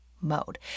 mode